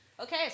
Okay